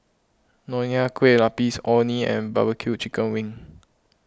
Nonya Kueh Lapis Orh Nee and Barbecue Chicken Wings